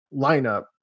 lineup